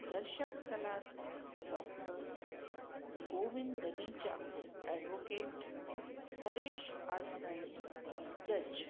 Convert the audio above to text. दर्शक सलात डॉक्टर कोविन दनिचा एडवोकेट हरेश आसराणी जज